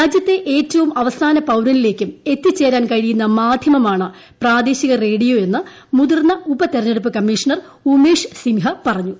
രാജ്യത്തെ ഏറ്റവും അവസാന പൌരനിലേയ്ക്കും എത്തിച്ചേരാൻ കഴിയുന്ന മാധ്യമമാണ് പ്രദേശിക റേഡ്ടിയ്യോ് എന്ന് മുതിർന്ന ഉപ തെരഞ്ഞെടുപ്പ് കമ്മീണർ ഉമേഷ് സ്ിൻഹ പറഞ്ഞു